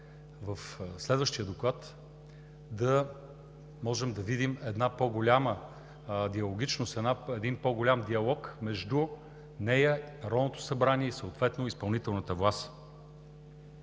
в следващия доклад да можем да видим една по-голяма диалогичност, един по-голям диалог между нея, Народното събрание и съответно изпълнителната власт.